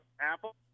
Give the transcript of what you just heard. Apple